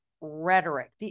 rhetoric